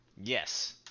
Yes